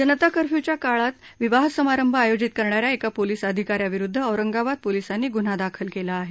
जनता कर्फ्य्यच्या काळातच विवाह समारंभ आयोजित करणा या एका पोलीस अधिका याविरुद्ध औरंगाबाद पोलिसांनी गुन्हा दाखल केला आहे